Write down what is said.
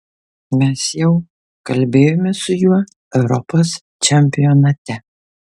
mes jau kalbėjome su juo europos čempionate